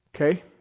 Okay